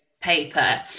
paper